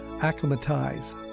acclimatize